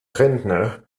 rentner